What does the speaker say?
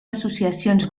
associacions